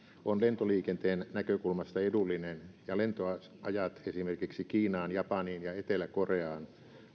on lentoliikenteen näkökulmasta edullinen ja lentoajat esimerkiksi kiinaan japaniin ja etelä koreaan